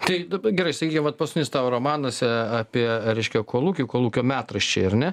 tai gerai sakykim vat paskutinis tavo romanas apie reiškia kolūkių kolūkio metraščiai ar ne